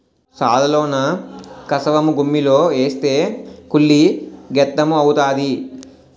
సాలలోన కసవను గుమ్మిలో ఏస్తే కుళ్ళి గెత్తెము అవుతాది